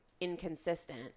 inconsistent